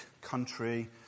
country